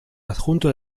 adjunto